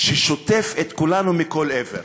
ששוטף את כולנו מכל עבר.